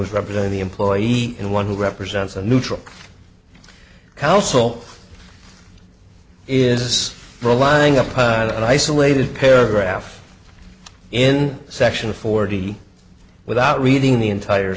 is representing the employee in one who represents a neutral counsel is relying upon an isolated paragraph in section forty without reading the entire